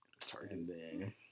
Targeting